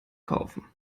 kaufen